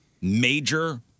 major